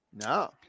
No